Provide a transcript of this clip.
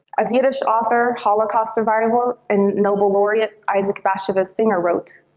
as yiddish author, holocaust survivor and nobel laureate isaac bashevis singer wrote,